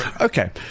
Okay